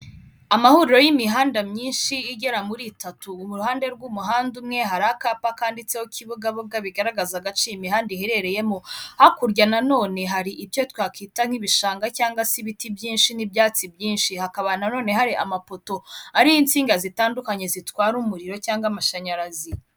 Amahuriro y'imihanda myinshi igera muri itatu mu ruhande rw'umuhanda umwe hari akapa kanditseho kibugabuga bigaragaza agaciro imihanda iherereyemo, hakurya nanone hari icyo twakwita nk'ibishanga cyangwa se ibiti byinshi n'ibyatsi byinshi, hakaba nanone hari amapoto ariho insinga zitandukanye zitwara umuriro cyangwa amashanyarazi.